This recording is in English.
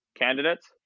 candidates